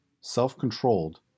self-controlled